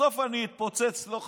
"בסוף אני אתפוצץ" לא חשוב,